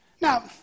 Now